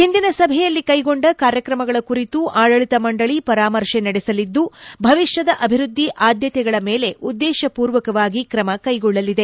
ಹಿಂದಿನ ಸಭೆಯಲ್ಲಿ ಕೈಗೊಂಡ ಕಾರ್ಯಕ್ರಮಗಳ ಕುರಿತು ಆಡಳಿತ ಮಂಡಳಿ ಪರಾಮರ್ಶೆ ನಡೆಸಲಿದ್ದು ಭವಿಷ್ಯದ ಅಭಿವೃದ್ಧಿ ಆದ್ಯತೆಗಳ ಮೇಲೆ ಉದ್ದೇಶಪೂರ್ವಕವಾಗಿ ಕ್ರಮ ಕೈಗೊಳ್ಳಲಿದೆ